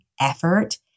effort